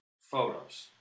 photos